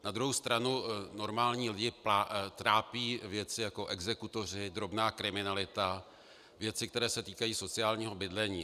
Na druhou stranu normální lidi trápí věci jako exekutoři, drobná kriminalita, věci, které se týkají sociálního bydlení.